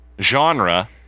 genre